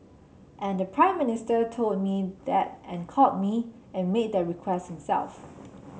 and the Prime Minister told me that and called me and made that request himself